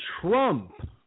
Trump